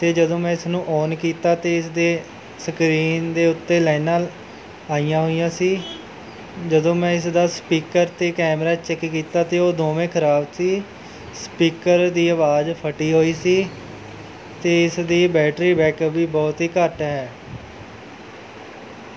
ਅਤੇ ਜਦੋਂ ਮੈਂ ਇਸ ਨੂੰ ਔਨ ਕੀਤਾ ਅਤੇ ਇਸ ਦੇ ਸਕਰੀਨ ਦੇ ਉੱਤੇ ਲਾਈਨਾਂ ਆਈਆਂ ਹੋਈਆਂ ਸੀ ਜਦੋਂ ਮੈਂ ਇਸ ਦਾ ਸਪੀਕਰ ਅਤੇ ਕੈਮਰਾ ਚੈੱਕ ਕੀਤਾ ਅਤੇ ਉਹ ਦੋਵੇਂ ਖਰਾਬ ਸੀ ਸਪੀਕਰ ਦੀ ਆਵਾਜ਼ ਫਟੀ ਹੋਈ ਸੀ ਅਤੇ ਇਸ ਦੀ ਬੈਟਰੀ ਬੈਕਅਪ ਵੀ ਬਹੁਤ ਹੀ ਘੱਟ ਹੈ